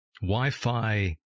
Wi-Fi